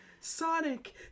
Sonic